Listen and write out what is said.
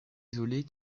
isolés